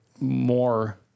more